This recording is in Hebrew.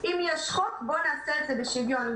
אם יש חוק בואו נעשה את זה בשוויון,